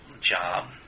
job